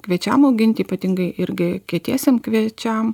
kviečiam auginti ypatingai irgi kietiesiem kviečiam